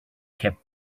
kept